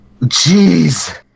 Jeez